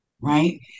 Right